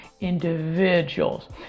individuals